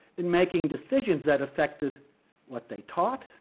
in making decisions that affected what they taught,